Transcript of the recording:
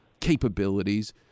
capabilities